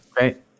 Right